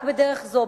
רק בדרך זו,